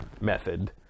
method